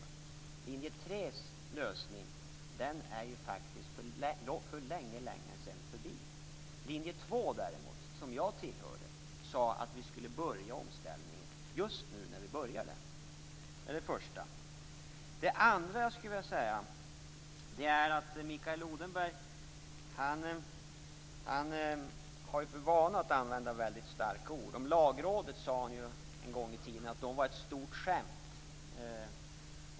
Linje 3:s lösning är faktiskt för länge sedan förbi. I linje 2 däremot, som jag tillhörde, sade vi att vi skulle börja omställningen just nu när vi började. Mikael Odenberg har för vana att använda väldigt starka ord. Om Lagrådet sade han en gång i tiden att det var ett stort skämt.